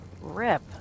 rip